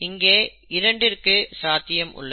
இங்கே இரண்டிற்கு சாத்தியம் உள்ளது